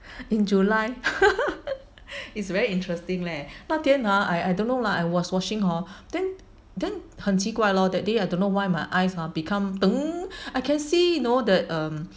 in July it's very interesting leh 那天 ah I I don't know lah I was washing mah then then 很奇怪 lor that day I don't know why my eyes ah become I can see you know the um